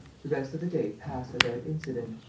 the rest of the day passed without incident.